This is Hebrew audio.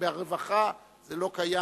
ברווחה זה לא קיים.